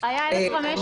התנהגות